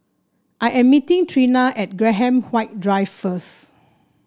I am meeting Trina at Graham White Drive first